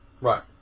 Right